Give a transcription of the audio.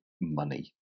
money